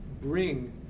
bring